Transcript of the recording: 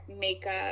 makeup